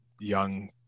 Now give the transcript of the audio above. young